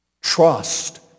Trust